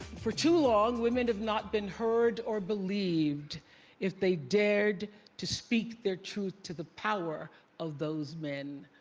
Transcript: for too long women have not been heard or believed if they dared to speak their truth to the power of those men.